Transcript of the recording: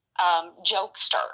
jokester